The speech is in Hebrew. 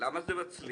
למה זה מצליח?